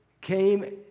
came